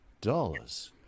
dollars